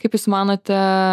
kaip jūs manote